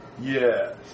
Yes